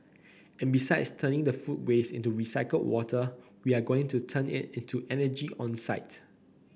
and besides turning the food waste into recycled water we are going to turn it into energy on site